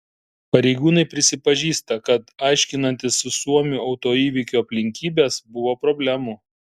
pareigūnai prisipažįsta kad aiškinantis su suomiu autoįvykio aplinkybes buvo problemų